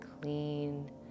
clean